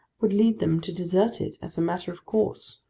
would lead them to desert it, as a matter of course,